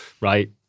right